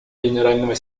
генерального